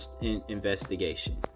investigation